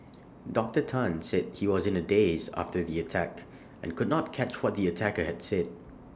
Doctor Tan said he was in A daze after the attack and could not catch what the attacker had said